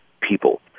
people